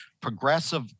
progressive